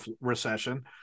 recession